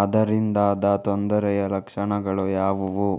ಅದರಿಂದಾದ ತೊಂದರೆಯ ಲಕ್ಷಣಗಳು ಯಾವುವು?